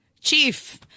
Chief